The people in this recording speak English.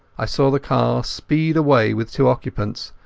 i saw the car speed away with two occupants,